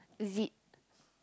is it